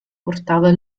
portava